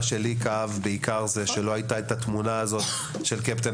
לי כאב בעיקר שלא היתה התמונה של קפטן